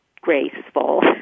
graceful